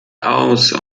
aus